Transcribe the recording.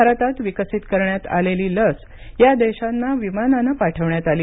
भारतात विकसित करण्यात आलेली लस या देशांना विमानानं पाठवण्यात आली